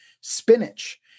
spinach